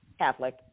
Catholic